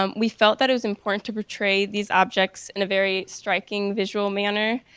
um we felt that it was important to portray these objects in a very striking visual manner,